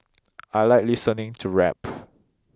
I like listening to rap